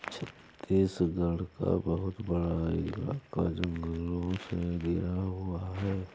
छत्तीसगढ़ का बहुत बड़ा इलाका जंगलों से घिरा हुआ है